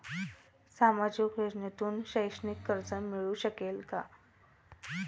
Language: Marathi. सामाजिक योजनेतून शैक्षणिक कर्ज मिळू शकते का?